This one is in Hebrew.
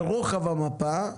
לרוחב המפה,